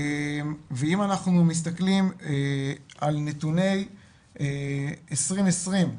ואם אנחנו מסתכלים על נתוני 2020,